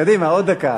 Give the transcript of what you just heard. קדימה עוד דקה.